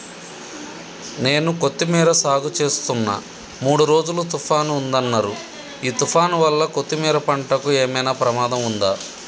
నేను కొత్తిమీర సాగుచేస్తున్న మూడు రోజులు తుఫాన్ ఉందన్నరు ఈ తుఫాన్ వల్ల కొత్తిమీర పంటకు ఏమైనా ప్రమాదం ఉందా?